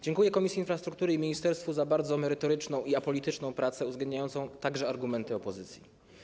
Dziękuję Komisji Infrastruktury i ministerstwu za bardzo merytoryczną i apolityczną pracę, uwzględniającą także argumenty opozycji.